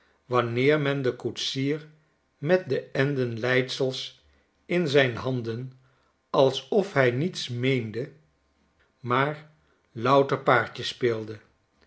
wanneer men den koetsier met de enden leisels in zijn handen alsof hij niets meende maar louter paardje speelde